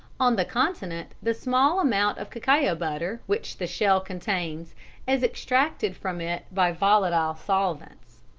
on the continent the small amount of cacao butter which the shell contains is extracted from it by volatile solvents.